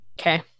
Okay